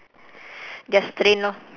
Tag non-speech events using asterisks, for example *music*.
*breath* just train lor